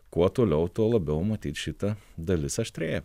kuo toliau tuo labiau matyt šita dalis aštrėja